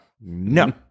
No